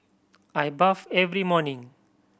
I bathe every morning